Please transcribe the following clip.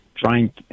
trying